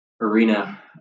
arena